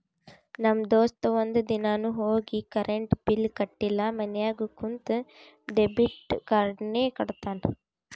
ನಮ್ ದೋಸ್ತ ಒಂದ್ ದಿನಾನು ಹೋಗಿ ಕರೆಂಟ್ ಬಿಲ್ ಕಟ್ಟಿಲ ಮನ್ಯಾಗ ಕುಂತ ಡೆಬಿಟ್ ಕಾರ್ಡ್ಲೇನೆ ಕಟ್ಟತ್ತಾನ್